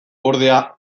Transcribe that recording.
ordea